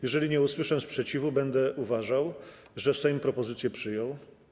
Jeżeli nie usłyszę sprzeciwu, będę uważał, że Sejm propozycję przyjął.